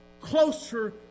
closer